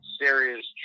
serious